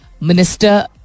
minister